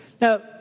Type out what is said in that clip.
Now